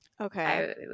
Okay